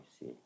see